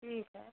ठीक है